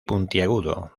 puntiagudo